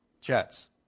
Jets